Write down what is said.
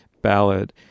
ballad